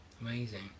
Amazing